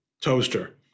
toaster